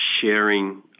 sharing